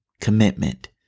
commitment